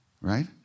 right